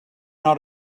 ought